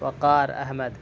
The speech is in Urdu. وقار احمد